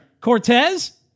Cortez